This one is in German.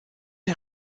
der